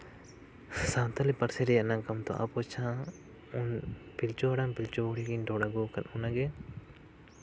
ᱥᱟᱱᱛᱟᱞᱤ ᱯᱟᱹᱨᱥᱚ ᱨᱮᱭᱟᱜ ᱱᱟᱜᱟᱢ ᱫᱚ ᱟᱵᱚ ᱡᱟᱦᱟᱸ ᱯᱤᱞᱪᱩ ᱦᱟᱲᱟᱢ ᱯᱤᱞᱪᱩ ᱵᱩᱲᱦᱤ ᱨᱚᱲ ᱟᱹᱜᱩ ᱠᱟᱜ ᱚᱱᱟᱜᱮ